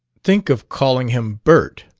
think of calling him bert!